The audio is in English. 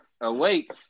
awake